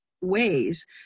ways